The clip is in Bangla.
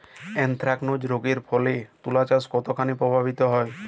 এ্যানথ্রাকনোজ রোগ এর ফলে তুলাচাষ কতখানি প্রভাবিত হয়?